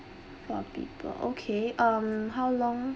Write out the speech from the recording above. four people okay um how long